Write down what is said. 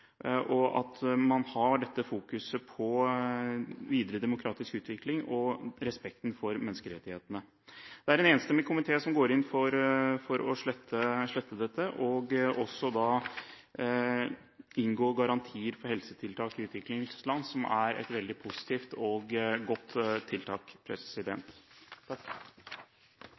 og at man har fokuset på videre demokratisk utvikling og respekten for menneskerettighetene. En enstemmig komité går inn for å slette gjelden – og også inngå garantier for helsetiltak i utviklingsland, som er et positivt og godt tiltak.